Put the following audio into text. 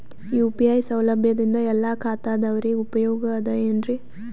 UPI ಸೌಲಭ್ಯದಿಂದ ಎಲ್ಲಾ ಖಾತಾದಾವರಿಗ ಉಪಯೋಗ ಅದ ಏನ್ರಿ?